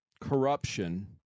corruption